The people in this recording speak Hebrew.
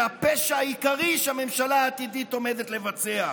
מהפשע העיקרי שהממשלה העתידית עומדת לבצע,